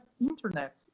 internet